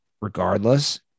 regardless